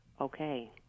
Okay